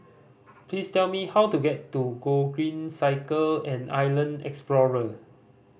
please tell me how to get to Gogreen Cycle and Island Explorer